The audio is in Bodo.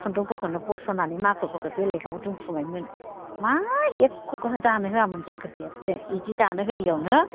खुन्दुंफोरखौनो बस'नानै माखुफोरखौ बेलेगाव दोनखुमायोमोन मा एख'खौनो दानो होआमोन जोंखो बेथ्थो बिदि दानो होयियावनो